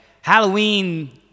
Halloween